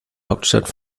hauptstadt